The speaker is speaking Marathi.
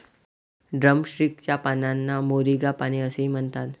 ड्रमस्टिक च्या पानांना मोरिंगा पाने असेही म्हणतात